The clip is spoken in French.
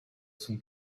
son